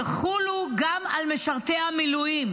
יחולו גם על משרתי המילואים.